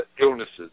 illnesses